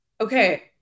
okay